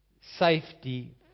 safety